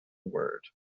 word